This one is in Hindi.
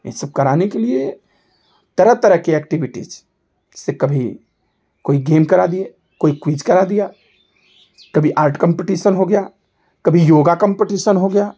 ये सब कराने के लिए तरह तरह की एक्टिविटीज़ जैसे कभी कोई गेम करा दिए कोई क्विज करा दिया कभी आर्ट कंपटीशन हो गया कभी योगा कंपटीशन हो गया